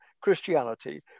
Christianity